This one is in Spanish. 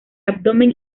abdomen